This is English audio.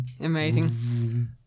Amazing